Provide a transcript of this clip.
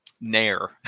Nair